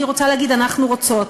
אני רוצה להגיד: אנחנו רוצות.